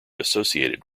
associated